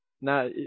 now